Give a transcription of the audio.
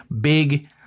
big